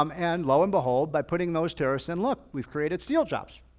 um and lo and behold, by putting those terrorists, and look, we've created steel jobs.